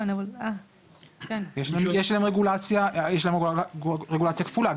יש להם רגולציה כפולה,